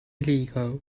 illegal